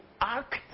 act